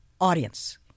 audience